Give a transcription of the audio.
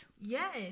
Yes